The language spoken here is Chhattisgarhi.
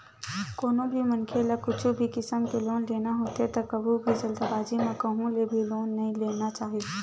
कोनो भी मनखे ल कुछु भी किसम के लोन लेना होथे त कभू भी जल्दीबाजी म कहूँ ले भी लोन नइ ले लेना चाही